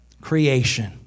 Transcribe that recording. creation